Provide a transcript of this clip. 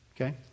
Okay